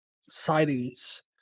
sightings